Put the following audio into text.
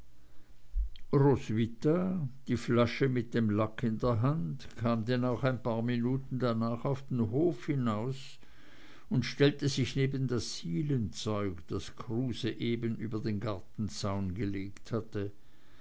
roswitha die flasche mit dem lack in der hand kam denn auch ein paar minuten danach auf den hof hinaus und stellte sich neben das sielenzeug das kruse eben über den gartenzaun gelegt hatte